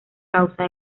causa